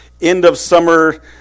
end-of-summer